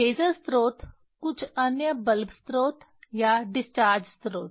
laser स्रोत कुछ अन्य बल्ब स्रोत या डिस्चार्ज स्रोत